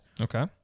Okay